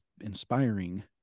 inspiring